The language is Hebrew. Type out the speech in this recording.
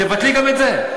תבטלי גם את זה.